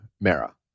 Mara